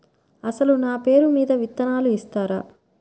అసలు నా పేరు మీద విత్తనాలు ఇస్తారా?